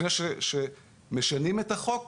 לפני שמשנים את החוק,